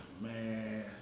Man